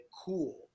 cool